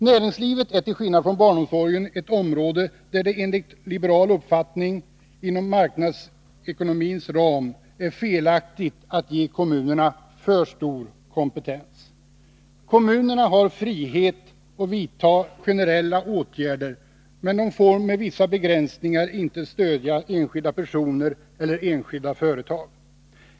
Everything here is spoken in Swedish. Näringslivet är till skillnad från barnomsorgen ett område där det enligt liberal uppfattning inom marknadsekonomins ram är felaktigt att ge kommunerna för stor kompetens. Kommunerna har frihet att vidta generella åtgärder, men de får med vissa begränsningar inte stödja enskilda personer eller enskilda företag.